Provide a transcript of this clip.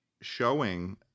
showing